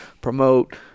promote